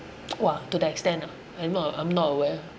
!wah! to that extent ah I'm not I'm not aware